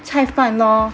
菜饭 lor